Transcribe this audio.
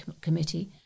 Committee